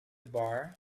bar